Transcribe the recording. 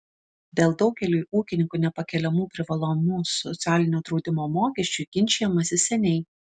dėl daugeliui ūkininkų nepakeliamų privalomų socialinio draudimo mokesčių ginčijamasi seniai